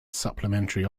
supplementary